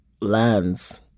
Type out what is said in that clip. lands